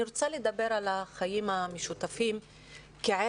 אני רוצה לדבר על החיים המשותפים כערך.